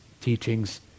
teachings